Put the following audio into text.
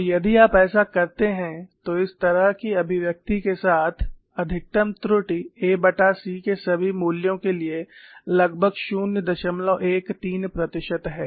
और यदि आप ऐसा करते हैं तो इस तरह की अभिव्यक्ति के साथ अधिकतम त्रुटि ac के सभी मूल्यों के लिए लगभग 013 प्रतिशत है